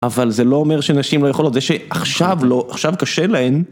אבל זה לא אומר שנשים לא יכולות, זה שעכשיו לא, עכשיו קשה להן.